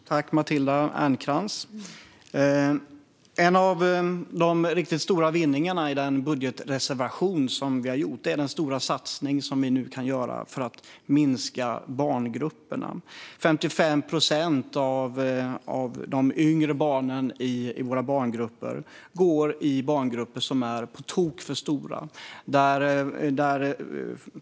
Fru talman! Matilda Ernkrans! En av de riktigt stora vinsterna i den budgetreservation som vi har gjort är den stora satsningen för att minska barngrupperna. 55 procent av de yngre barnen i våra barngrupper är i barngrupper som är på tok för stora.